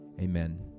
amen